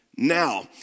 Now